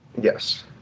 Yes